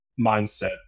mindset